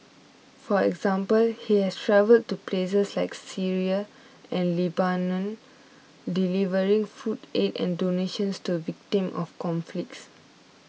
for example he has travelled to places like Syria and Lebanon delivering food aid and donations to victims of conflicts